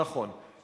נכון.